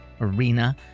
arena